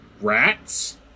rats